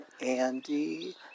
Andy